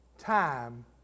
Time